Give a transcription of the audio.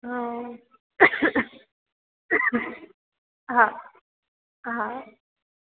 હં હા હા